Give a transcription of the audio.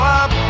up